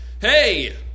Hey